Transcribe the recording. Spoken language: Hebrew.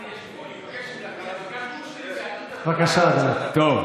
בבקשה, אדוני.